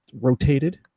rotated